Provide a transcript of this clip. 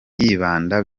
yibanda